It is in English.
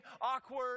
awkward